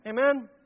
Amen